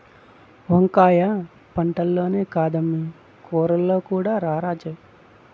వంకాయ పంటల్లోనే కాదమ్మీ కూరల్లో కూడా రారాజే